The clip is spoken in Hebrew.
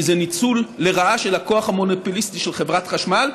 כי זה ניצול לרעה של הכוח המונופוליסטי של חברת החשמל,